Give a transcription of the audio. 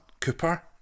Cooper